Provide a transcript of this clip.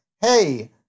hey